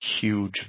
huge